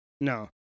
no